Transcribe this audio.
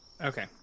okay